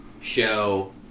show